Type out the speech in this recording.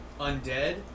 undead